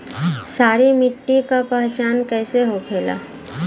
सारी मिट्टी का पहचान कैसे होखेला?